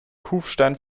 kufstein